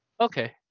Okay